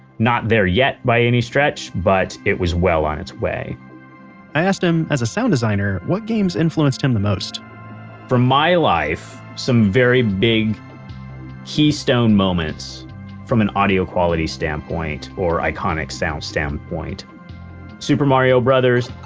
not there yet by any stretch but it was well on its way i asked him, as a sound designer, what games influenced him the most for my life, some very big keystone moments from an audio quality standpoint or iconic sound standpoint super mario brothers,